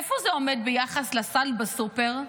איפה זה עומד ביחס לסל בסופר,